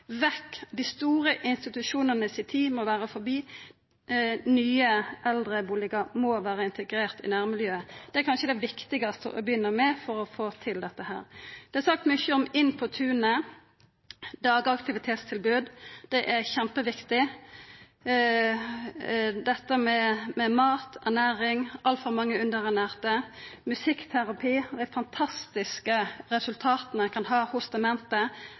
dei store institusjonane må vera forbi, at nye eldrebustader må vera integrerte i nærmiljøet – er kanskje det viktigaste å begynna med for å få til dette. Det er sagt mykje om Inn på tunet. Dagaktivitetstilbod er kjempeviktig. Det er òg dette med mat og ernæring – det er altfor mange underernærte – og musikkterapi. Dei fantastiske resultata ein kan få hos demente,